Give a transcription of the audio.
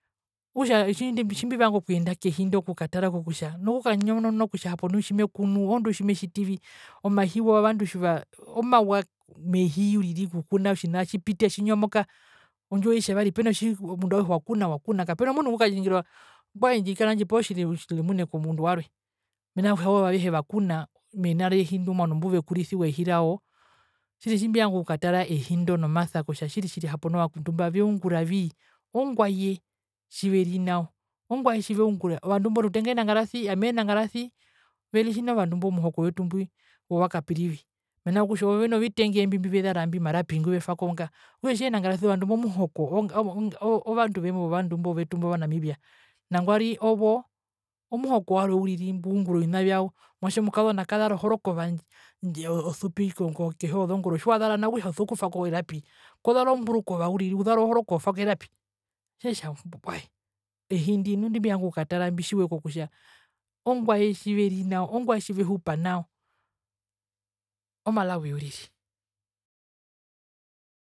Okutja otji otjimbivanga okuyenda kehi ndo okukatara kokutja nokukanyonona kutja nu hapo tjimekunu oondi tjimetjitivi omahi wovandu tjiva omawa mehi uriri okukuna otjina atjipiti atjinyomoka. Ondjiwo oitjavari peno tji omundu auhe wakuna wakuna kapena mundu ngukaningira mbwae arikana ndjipao tjilemune komundu warwe mena rokutja owo avehe vakuna mena rehi ndo omwano muvekurisiwa ehi rao tjiri otjimbivanga okukatara ehi ndo nomasa kutja tjiri tjiri hapo nu ovakwetu mba veunguravii ongwaye tjiveri nao ongwaeye tjiveungura ovandu mbo rutenga ami eenangarasi ami eenangarasi veri tjinge ovandu mba omuhoko wetu mbwi wovakapirivi mena kutja mena kutja veno vitenge imbi mbivezara mbi omarapi nguvazara mbi omarapi nguvetwako nga okutja otjee ndaasi kutja ovandu mbo muhoko oo ovandu vemwe imbo vetu va namibia nangwari owovo omuhoko warwe uriri mbungura ovina vyao omwatje omukazona kazara ohorokova ndji osupi kehi yozongoro tjiwazara nao okutja uso kutwako erapi kozara omburukova uriri uzara horokova otwako erapi otjetja mbwae ehindi nu ondimbivanga okukatara mbitjiwe kutja ongwae tjivehupa nao o malawi uriri.